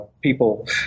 People